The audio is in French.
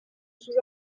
sous